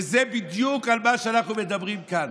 זה בדיוק מה שאנחנו מדברים עליו כאן.